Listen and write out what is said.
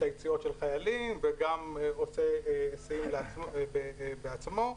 יציאות החיילים וגם עושה היסעים בעצמו.